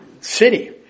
city